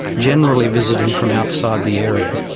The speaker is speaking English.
generally visiting from outside the area.